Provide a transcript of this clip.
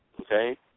Okay